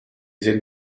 sind